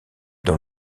dans